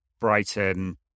Brighton